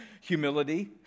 humility